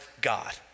God